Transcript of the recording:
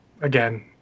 again